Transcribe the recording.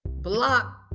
block